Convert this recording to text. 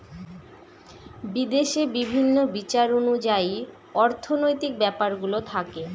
বিদেশে বিভিন্ন বিচার অনুযায়ী অর্থনৈতিক ব্যাপারগুলো থাকে